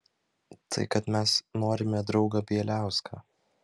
tai kad mes norime draugą bieliauską